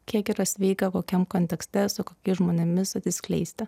kiek yra sveika kokiam kontekste su kokiais žmonėmis atsiskleisti